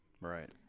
Right